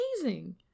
amazing